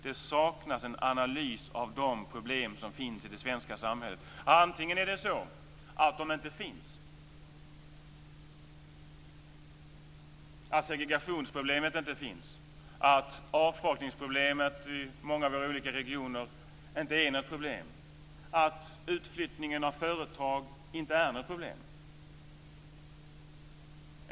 Det saknas en analys av de problem som finns i det svenska samhället. Antingen är det så att de inte finns. Segregationsproblemet finns inte. Avfolkningsproblemet i många olika regioner är inte något problem. Utflyttningen av företag är inte något problem.